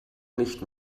nicht